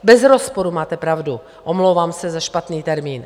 Bez rozporu, máte pravdu, omlouvám se za špatný termín.